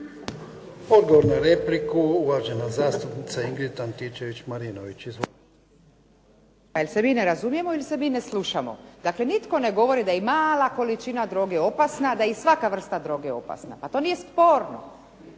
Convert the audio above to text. Odgovor na repliku, uvažena zastupnica Ingrid Antičević Marinović. Izvolite. **Antičević Marinović, Ingrid (SDP)** Pa jel se mi ne razumijemo, ili se mi ne slušamo? Dakle nitko ne govori da je mala količina droge opasna, da je i svaka vrsta droge opasna. Pa to nije sporno.